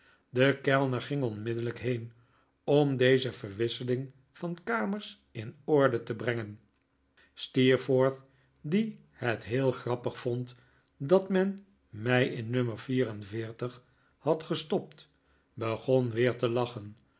de kellner ging onmiddellijk heen om deze verwisseling van kamers in orde te brengen steerforth die het heel grappig vond dat men mij in nummer vier en veertig had gestopt begon weer te lachen